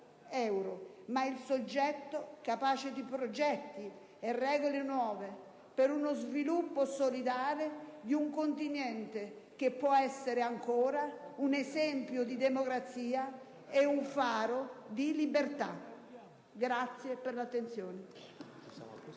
euro, ma il soggetto capace di progetti e regole nuove per uno sviluppo solidale di un continente che può essere ancora un esempio di democrazia e un faro di libertà. Vi ringrazio per l'attenzione.